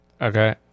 Okay